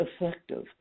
effective